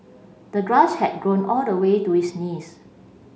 the grass had grown all the way to his knees